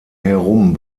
herum